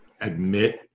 admit